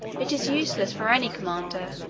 it is useless for any commander,